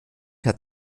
hat